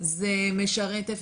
זה משרת רק